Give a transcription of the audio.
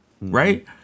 Right